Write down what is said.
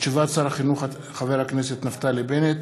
תשובת שר החינוך חבר הכנסת נפתלי בנט